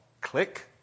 Click